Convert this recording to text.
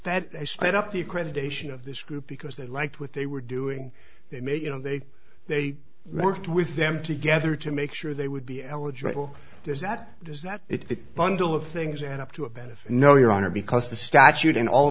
sped they sped up the accreditation of this group because they liked what they were doing they may you know they they worked with them together to make sure they would be eligible there's that does that it bundle of things and up to a benefit no your honor because the statute in all